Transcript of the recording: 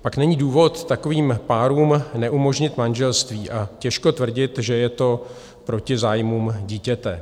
Pak není důvod takovým párům neumožnit manželství a těžko tvrdit, že je to proti zájmům dítěte.